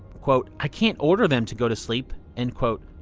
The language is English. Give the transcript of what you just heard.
i can't order them to go to sleep. and